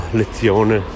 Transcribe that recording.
lezione